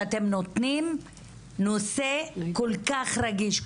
שאתם נותנים נושא כל כך רגיש,